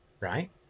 right